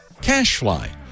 Cashfly